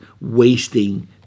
wasting